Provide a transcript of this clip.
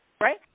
right